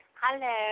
Hello